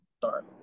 sorry